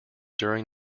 during